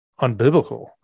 unbiblical